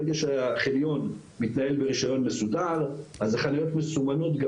ברגע שהחניון מתנהל ברישיון מסודר אז החנויות מסומנות גם